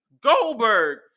Goldberg